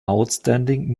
outstanding